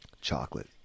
chocolate